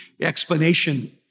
explanation